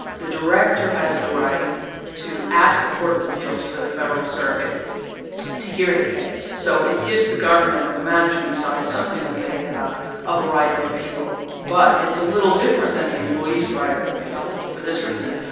the director has the right to ask the court of appeals for the federal circuit to hear the case. so it gives the government or the management side something of a right of appeal, but it's a little different than the employee's right of appeal for this reason.